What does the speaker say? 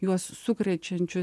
juos sukrečiančių